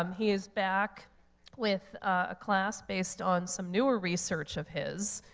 um he is back with a class based on some newer research of his,